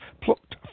plucked